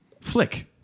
Flick